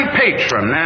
patron